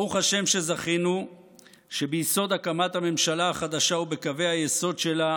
ברוך השם שזכינו שביסוד הקמת הממשלה החדשה ובקווי היסוד שלה